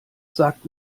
sagt